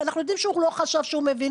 ואנחנו יודעים שהוא לא חשב שהוא מבין,